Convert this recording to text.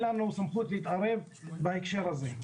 אין לנו סמכות להתערב בהקשר הזה.